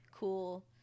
cool